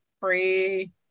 free